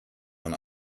man